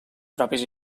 pròpies